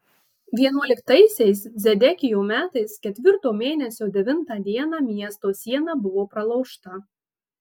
vienuoliktaisiais zedekijo metais ketvirto mėnesio devintą dieną miesto siena buvo pralaužta